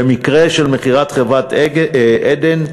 במקרה של מכירת חברת "מי עדן",